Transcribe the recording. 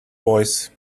voice